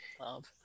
love